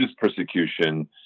persecution